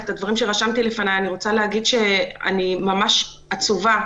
אני ממש עצובה